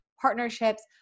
partnerships